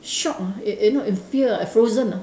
shock ah eh eh not in fear ah uh frozen ah